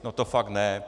No, to fakt ne.